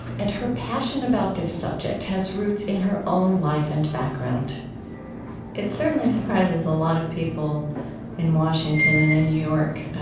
and her passion about this subject has roots in her own life and background it certainly surprises a lot of people in washington and in new york,